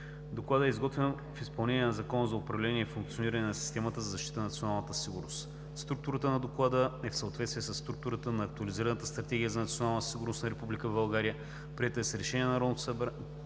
Докладът е изготвен в изпълнение на Закона за управление и функциониране на системата за защита на националната сигурност. Структурата на Доклада е в съответствие със структурата на актуализираната Стратегия за национална сигурност на Република България, приета с решение на Народното